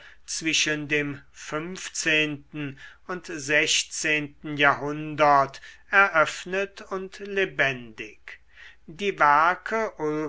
zwischen dem fünfzehnten und sechzehnten jahrhundert eröffnet und lebendig die werke